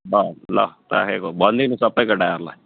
ल ल राखेको भनिदिनु सबै केटाहरूलाई